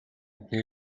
амьтны